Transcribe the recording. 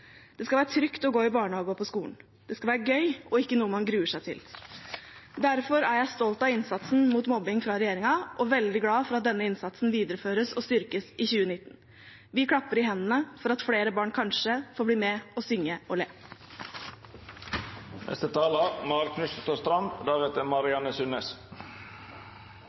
Det skal være trygt å gå i barnehage og på skolen. Det skal være gøy og ikke noe man gruer seg til. Derfor er jeg stolt av innsatsen mot mobbing fra regjeringen og veldig glad for at denne innsatsen videreføres og styrkes i 2019. Vi klapper i hendene for at flere barn kanskje får bli med og synge og